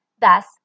Thus